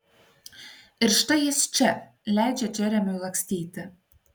ir štai jis čia leidžia džeremiui lakstyti